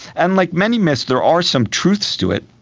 and like many myths, there are some truths to it,